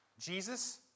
Jesus